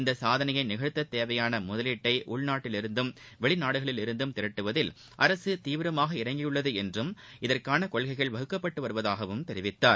இந்த சாதனையை நிகழ்த்த தேவையான முதலீட்டை உள்நாட்டிலிருந்தும் வெளிநாடுகளிலிருந்தும் திரட்டுவதில் அரசு தீவிரமாக இறங்கியுள்ளது என்றும் அகற்கான கொள்கைகள் வகுக்கப்பட்டு வருவதாகவும் தெரிவித்தார்